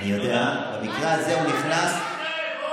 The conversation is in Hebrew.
למה הוא נותן לך